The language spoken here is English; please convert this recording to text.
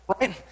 right